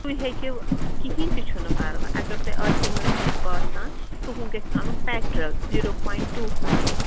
تُہۍ ہیٚکِو کِہیٖنۍ تہِ چھُنہٕ پَرواے اگر تۄہہِ آسہِ مٔنٛزۍ یُتھ باسان تُہُنٛد گژھِ اَنُن petrol zero point two five